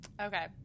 Okay